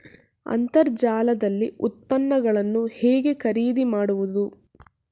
ಅಂತರ್ಜಾಲದಲ್ಲಿ ಉತ್ಪನ್ನಗಳನ್ನು ಹೇಗೆ ಖರೀದಿ ಮಾಡುವುದು?